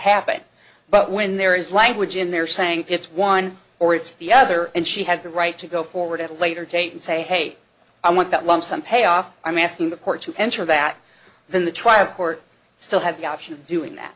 happen but when there is language in there saying it's one or it's the other and she has the right to go forward at a later date and say hey i want that lump sum payoff i'm asking the court to ensure that the trial court still have the option of doing that